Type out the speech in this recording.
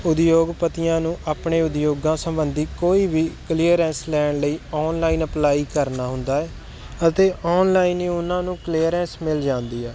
ਉਦਯੋਗਪਤੀਆਂ ਨੂੰ ਆਪਣੇ ਉਦਯੋਗਾਂ ਸੰਬੰਧੀ ਕੋਈ ਵੀ ਕਲੀਅਰੈਂਸ ਲੈਣ ਲਈ ਆਨਲਾਈਨ ਅਪਲਾਈ ਕਰਨਾ ਹੁੰਦਾ ਹੈ ਅਤੇ ਆਨਲਾਈਨ ਉਹਨਾਂ ਨੂੰ ਕਲੀਅਰੈਂਸ ਮਿਲ ਜਾਂਦੀ ਆ